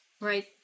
Right